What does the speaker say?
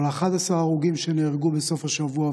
אבל 11 ההרוגים שנהרגו בסוף השבוע,